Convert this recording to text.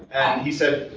he said,